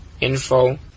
info